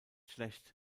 schlecht